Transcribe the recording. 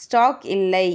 stock இல்லை